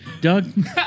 Doug